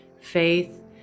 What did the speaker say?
faith